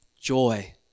joy